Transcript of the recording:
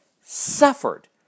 suffered